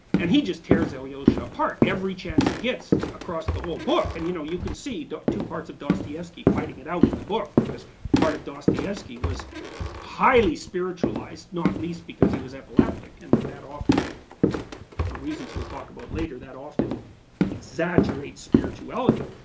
and he just tears ilyusha apart every chance he gets, across the whole book. and you know you can see two parts of dostoevsky fighting it out in the book because part of dostoevsky was highly spiritualized, not least because he was epileptic and that often for reasons we'll talk about later that often exaggerates spirituality.